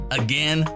again